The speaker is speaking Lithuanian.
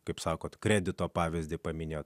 kaip sakote kredito pavyzdį paminėjo